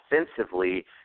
offensively